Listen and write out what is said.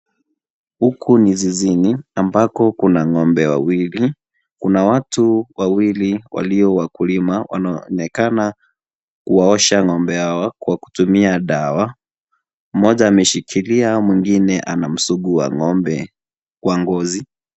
Huku ni zizini ,ambako kuna ng'ombe wawili. Kuna watu wawili walio wakulima, wanaonekana kuwaosha ng'ombe hawa kwa kutumia dawa. Mmoja ameshikilia, mwingine anamsugua ng'ombe kwa ngozi.